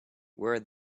where